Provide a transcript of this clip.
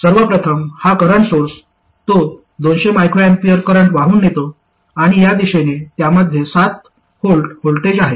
सर्व प्रथम हा करंट सोर्स तो 200 µA करंट वाहून नेतो आणि या दिशेने त्यामध्ये 7V व्होल्टेज आहे